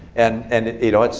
and and you know,